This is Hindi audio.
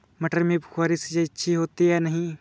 मटर में फुहरी सिंचाई अच्छी होती है या नहीं?